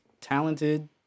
talented